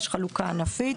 יש חלוקה ענפית.